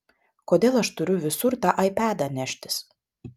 kodėl aš turiu visur tą aipadą neštis